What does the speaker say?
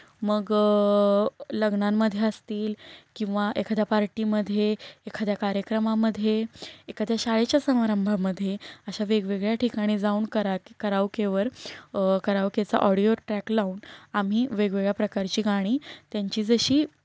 मग लग्नांमध्ये असतील किंवा एखाद्या पार्टीमध्ये एखाद्या कार्यक्रमामध्ये एखाद्या शाळेच्या समारंभामध्ये अशा वेगवेगळ्या ठिकाणी जाऊन कराके करावकेवर करावकेचा ऑडिओ ट्रॅक लावून आम्ही वेगवेगळ्या प्रकारची गाणी त्यांची जशी